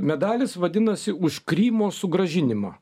medalis vadinasi už krymo sugrąžinimą